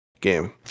game